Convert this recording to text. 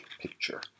picture